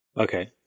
Okay